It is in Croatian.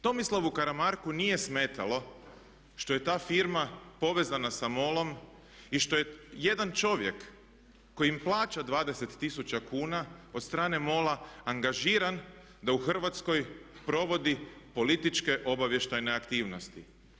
Tomislavu Karamarku nije smetalo što je ta firma povezana sa MOL-om i što je jedan čovjek koji im plaća 20 tisuća kuna od strane MOL-a angažiran da u Hrvatskoj provodi političke obavještajne aktivnosti.